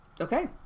Okay